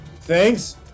Thanks